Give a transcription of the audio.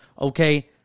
okay